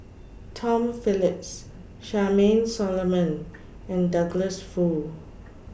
Tom Phillips Charmaine Solomon and Douglas Foo